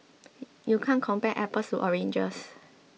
you can't compare apples to oranges